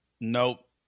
Nope